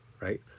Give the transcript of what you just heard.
right